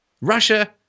Russia